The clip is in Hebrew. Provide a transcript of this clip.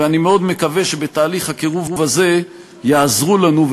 ואני מאוד מקווה שבתהליך הקירוב הזה יעזרו לנו,